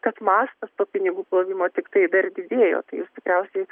tas mastas to pinigų plovimo tiktai dar didėjo tai jūs tikriausiai